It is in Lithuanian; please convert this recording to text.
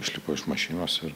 išlipo iš mašinos ir